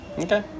Okay